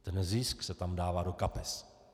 Ten zisk se tam dává do kapes.